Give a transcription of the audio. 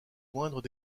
moindres